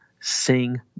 sing